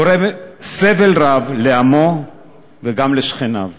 הגורם סבל רב לעמו וגם לשכניו